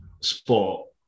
sport